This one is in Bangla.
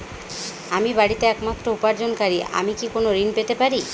আমি বাড়িতে একমাত্র উপার্জনকারী আমি কি কোনো ঋণ পেতে পারি?